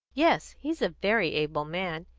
yes, he's a very able man.